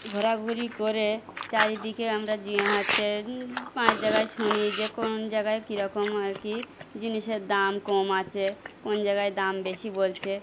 ঘোরাঘুরি করে চারিদিকে আমরা যে হচ্ছে পাঁচ জায়গায় শুনি যে কোন জায়গায় কীরকম আর কি জিনিসের দাম কম আছে কোন জায়গায় দাম বেশি বলছে